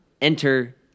Enter